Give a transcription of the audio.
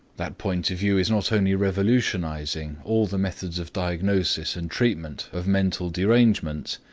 that point of view is not only revolutionising all the methods of diagnosis and treatment of mental derangements,